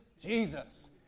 Jesus